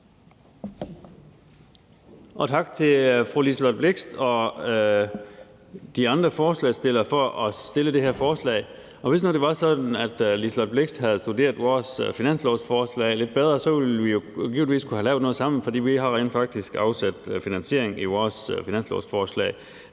tak til fru Liselott Blixt og de andre forslagsstillere for at fremsætte det her forslag. Og hvis det nu var sådan, at fru Liselott Blixt havde studeret vores finanslovsforslag lidt bedre, så ville vi jo givetvis kunne have lavet noget sammen, for vi har rent faktisk afsat finansiering i vores finanslovsforslag